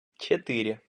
четыре